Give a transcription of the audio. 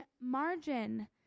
margin